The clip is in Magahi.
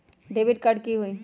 डेबिट कार्ड की होई?